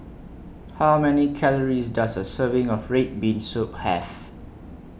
How Many Calories Does A Serving of Red Bean Soup Have